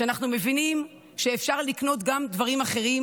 שאנחנו מבינים שאפשר לקנות גם דברים אחרים,